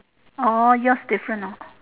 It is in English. orh yours different hor